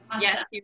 Yes